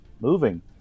moving